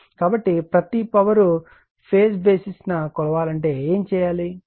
కాబట్టి ప్రతి power phase basis ని కొలవాలంటే ఏం చేయాలి